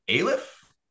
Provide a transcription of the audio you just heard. Aleph